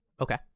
Okay